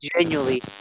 genuinely